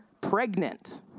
pregnant